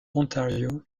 ontario